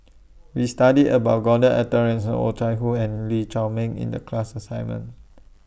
We studied about Gordon Arthur Ransome Oh Chai Hoo and Lee Chiaw Meng in The class assignment